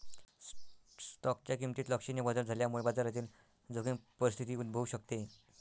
स्टॉकच्या किमतीत लक्षणीय बदल झाल्यामुळे बाजारातील जोखीम परिस्थिती उद्भवू शकते